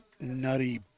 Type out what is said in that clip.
nutty